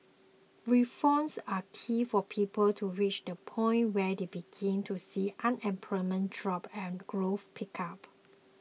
reforms are key for people to reach the point where they begin to see unemployment drop and growth pick up